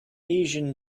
asian